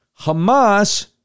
Hamas